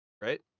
right